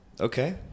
Okay